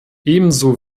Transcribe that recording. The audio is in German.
ebenso